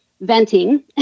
venting